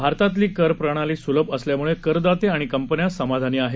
भारतातली कर प्रणाली स्लभ असल्याम्ळे करदाते आणि कंपन्या समाधानी आहेत